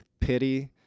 pity